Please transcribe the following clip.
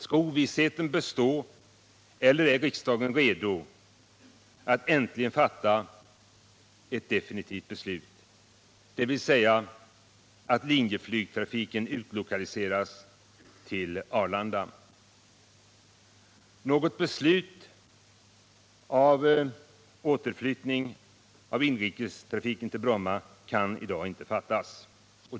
Skall ovissheten bestå, eller är riksdagen redo att äntligen fatta ett definitivt beslut, dvs. att linjeflygtrafiken utlokaliseras till Arlanda? Något beslut om återflyttning av inrikestrafiken till Bromma kan i dag inte fattas.